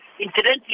Incidentally